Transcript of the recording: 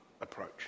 approach